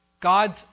God's